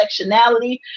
intersectionality